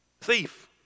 Thief